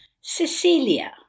Cecilia